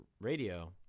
Radio